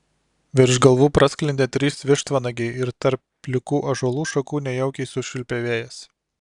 virš galvų prasklendė trys vištvanagiai ir tarp plikų ąžuolų šakų nejaukiai sušvilpė vėjas